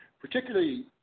Particularly